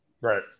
right